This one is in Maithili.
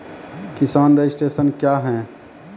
किसान रजिस्ट्रेशन क्या हैं?